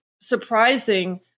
surprising